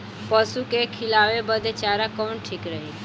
पशु के खिलावे बदे चारा कवन ठीक रही?